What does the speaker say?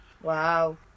Wow